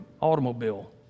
automobile